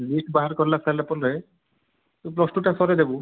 list ବାହାର କର୍ଲା ସାରିଲା ପରେ ତୁ ପ୍ଲସ୍ ଟୁ ଟା ସରେଇଦେବୁ